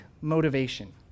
motivation